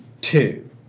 two